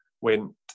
went